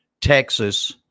Texas